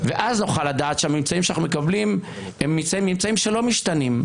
ואז נוכל לדעת שהממצאים שאנחנו מקבלים הם ממצאים שלא משתנים.